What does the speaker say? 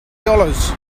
dollars